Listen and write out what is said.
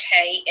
okay